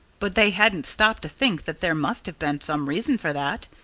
but they hadn't stopped to think that there must have been some reason for that.